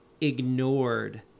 ignored